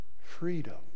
freedom